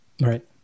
Right